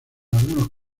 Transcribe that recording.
algunos